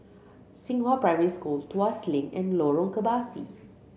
Xinghua Primary School Tuas Link and Lorong Kebasi